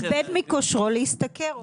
איבד מכושרו להשתכר.